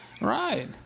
Right